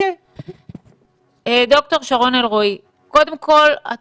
ד"ר שרון אלרעי, את